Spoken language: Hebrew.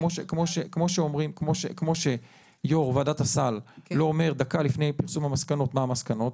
כמו שיו"ר ועדת הסל לא אומר דקה לפני פרסום המסקנות מה המסקנות,